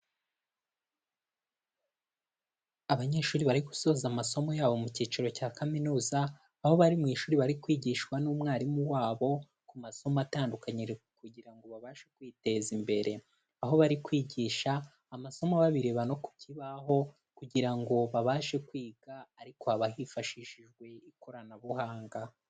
Abanyeshuri bari gusoza amasomo yabo mu cyiciro cya kaminuza, aho bari mu ishuri bari kwigishwa n'umwarimu wabo ku masomo atandukanye kugira ngo babashe kwiteza imbere, aho bari kwigisha amasomo babireba no ku kibaho kugira ngo babashe kwiga ariko haba hifashishijwe ikoranabuhanga.